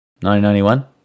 1991